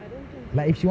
I don't think so